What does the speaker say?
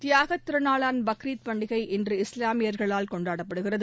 தியாகத் திருநாளாம் பக்ரீத் பண்டிகை இன்று இஸ்லாமியர்களால் கொண்டாடப்படுகிறது